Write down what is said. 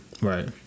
Right